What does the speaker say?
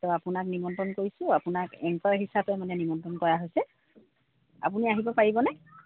ত' আপোনাক নিমন্ত্ৰণ কৰিছোঁ আপোনাক এংকৰ হিচাপে মানে নিমন্ত্ৰণ কৰা হৈছে আপুনি আহিব পাৰিবনে